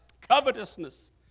covetousness